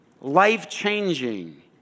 life-changing